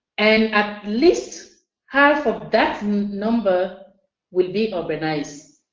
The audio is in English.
and at least half of that number will be urbanized.